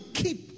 keep